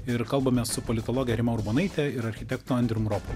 ir kalbame su politologe rima urbonaitė ir architektu andrium ropolu